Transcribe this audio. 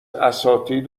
اساتید